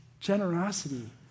Generosity